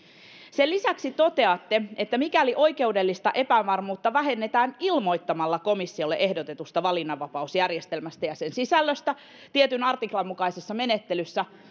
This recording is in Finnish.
sen lisäksi toteatte että mikäli oikeudellista epävarmuutta vähennetään ilmoittamalla komissiolle ehdotetusta valinnanvapausjärjestelmästä ja sen sisällöstä tietyn artiklan mukaisessa menettelyssä